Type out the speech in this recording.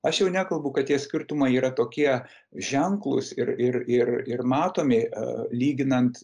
aš jau nekalbu kad tie skirtumai yra tokie ženklūs ir ir ir ir matomi a lyginant